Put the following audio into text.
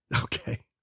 Okay